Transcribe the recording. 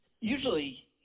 usually